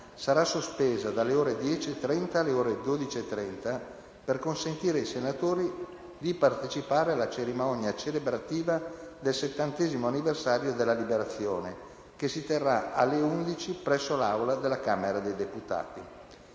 sarà sospesa dalle ore 10,30 alle ore 12,30 per consentire ai senatori di partecipare alla cerimonia celebrativa del 70° anniversario della Liberazione, che si terrà alle 11 presso 1'Aula della Camera dei deputati.